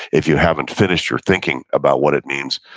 if you haven't finished your thinking about what it means,